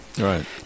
Right